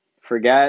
forget